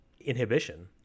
inhibition